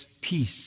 peace